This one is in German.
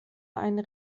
einen